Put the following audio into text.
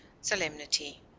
Solemnity